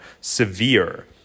severe